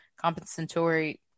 compensatory